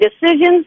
decisions